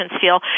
feel